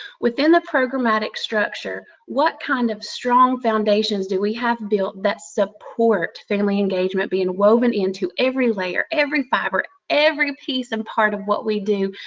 within the programmatic structure, what kind of strong foundations do we have built that support family engagement being woven into every layer, every fiber, every piece and part of what we do,